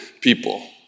people